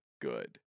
good